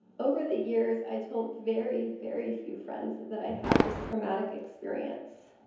over the years i told very very few friends that i had this traumatic experience.